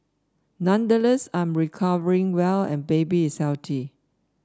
nonetheless I'm recovering well and baby is healthy